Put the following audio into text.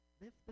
Lift